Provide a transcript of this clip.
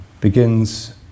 begins